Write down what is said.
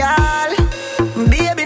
Baby